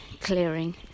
clearing